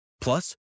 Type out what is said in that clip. Plus